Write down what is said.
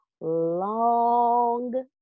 long